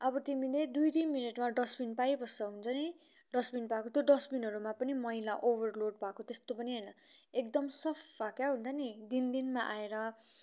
अब तिमीले दुई दुई मिनटमा डस्टबिन पाइबस्छ हुन्छ नि डस्टबिन पाएको त्यो डस्टबिनहरूमा पनि मैला ओभरलोड भएको त्यस्तो पनि होइन एकदम सफा क्या हुन्छ नि दिन दिनमा आएर